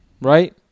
Right